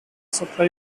supply